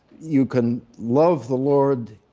you can love the lord,